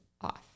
off